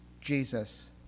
Jesus